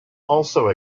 also